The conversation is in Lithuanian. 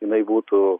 jinai būtų